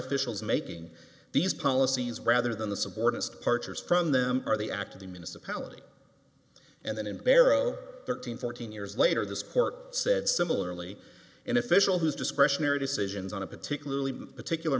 officials making these policies rather than the supporters departures from them are the act of the municipality and then in barrow thirteen fourteen years later this court said similarly an official whose discretionary decisions on a particularly particular